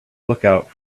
lookout